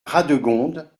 radegonde